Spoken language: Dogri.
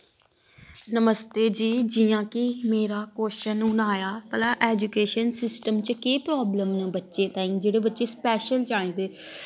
नमस्ते जी जि'यां कि मेरा कोशन हून आया भला ऐजुकेशन सिस्टम च केह् प्रॉवलम न बच्चें तांईं जेह्ड़े बच्चे स्पैशल च आई जंदे